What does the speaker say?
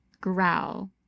growl